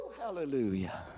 Hallelujah